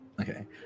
Okay